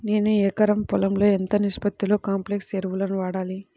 నేను ఎకరం పొలంలో ఎంత నిష్పత్తిలో కాంప్లెక్స్ ఎరువులను వాడాలి?